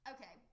Okay